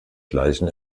gleichen